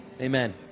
Amen